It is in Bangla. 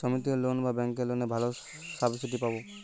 সমিতির লোন না ব্যাঙ্কের লোনে ভালো সাবসিডি পাব?